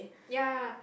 ya